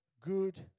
good